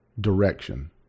direction